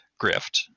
Grift